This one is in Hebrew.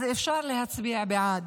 אז אפשר להצביע בעד.